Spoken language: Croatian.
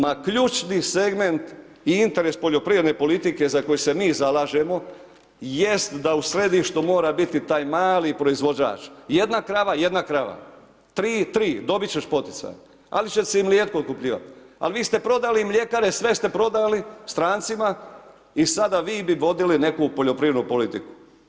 Ma ključni segment i interes poljoprivredne politike za koji se mi zalažemo jest da u središtu mora biti taj mali proizvođač, jedna krava, jedna krava, tri, tri, dobit ćeš poticaj ali će se i mlijeko otkupljivat, ali vi ste prodali mljekare, sve ste prodali strancima i sada vi bi vodili neku poljoprivrednu politiku.